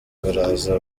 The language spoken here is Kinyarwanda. baraza